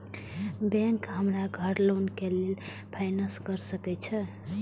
Bank हमरा घर loan के लेल फाईनांस कर सके छे?